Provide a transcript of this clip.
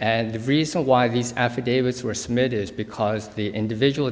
and the reason why these affidavits were smith is because the individual